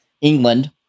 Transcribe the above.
England